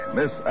Miss